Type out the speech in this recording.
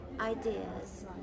ideas